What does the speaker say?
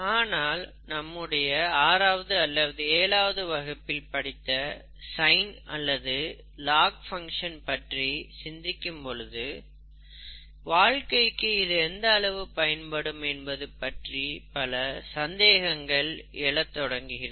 ஆனால் நம்முடைய ஆறாவது அல்லது ஏழாவது வகுப்பில் படித்த சைன் அல்லது லாக் ஃபங்ஷன் பற்றி சிந்திக்கும் பொழுது வாழ்க்கைக்கு இது எந்த அளவு பயன்படும் என்பது பற்றி பல சந்தேகங்கள் எழத் தொடங்குகிறது